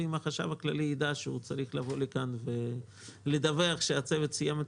אם החשב הכללי יידע שהוא צריך לבוא לכאן ולדווח שהצוות סיים את